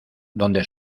donde